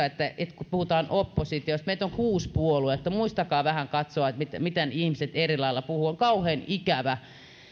että jatkossa kun puhutaan oppositiosta meitä on kuusi puoluetta muistakaa vähän katsoa miten miten ihmiset eri lailla puhuvat on kauhean ikävää